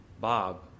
Bob